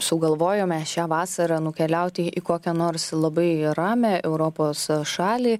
sugalvojome šią vasarą nukeliauti į kokią nors labai ramią europos šalį